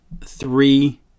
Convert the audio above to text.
three